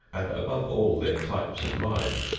and above all, their types of mind,